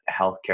healthcare